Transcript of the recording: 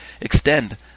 extend